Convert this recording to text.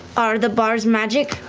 are the bars magic?